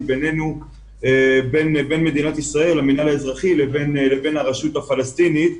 בין מדינת ישראל למינהל האזרחי לבין הרשות הפלסטינית.